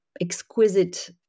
exquisite